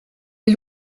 est